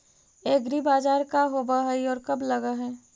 एग्रीबाजार का होब हइ और कब लग है?